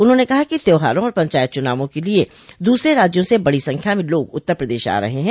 उन्होंने कहा कि त्यौहारों और पंचायत चुनावों के लिए दूसरे राज्यों से बड़ी संख्या में लोग उत्तर प्रदेश आ रहे हैं